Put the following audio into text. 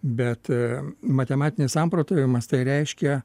bet matematinis samprotavimas tai reiškia